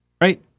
right